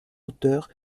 hauteur